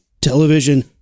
television